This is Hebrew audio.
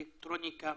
אלקטרוניקה,